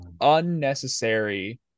unnecessary